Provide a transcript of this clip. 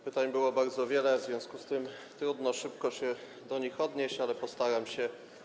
Pytań było bardzo wiele, w związku z tym trudno szybko się do nich odnieść, ale postaram się.